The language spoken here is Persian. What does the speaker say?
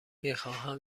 میخواهم